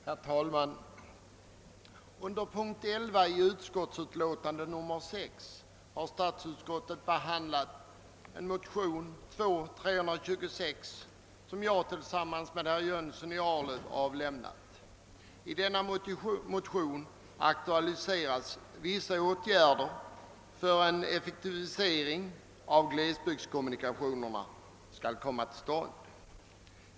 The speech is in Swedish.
Herr talman! Under punkt 11 i statsutskottets utlåtande nr 6 har statsutskottet behandlat motionen II: 326 som jag väckt tillsammans med herr Jönsson i Arlöv. I motionen aktualiseras vissa åtgärder för att en effektivisering av glesbygdskommunikationerna skall komma till stånd.